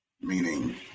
Meaning